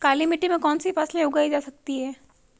काली मिट्टी में कौनसी फसलें उगाई जा सकती हैं?